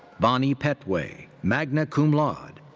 bonny pettway, magna cum laude.